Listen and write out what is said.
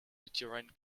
uterine